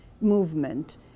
movement